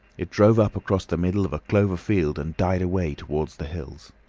it drove up across the middle of a clover field and died away towards the hills.